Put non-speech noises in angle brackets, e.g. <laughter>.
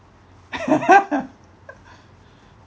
<laughs>